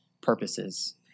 purposes